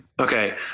Okay